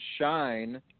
shine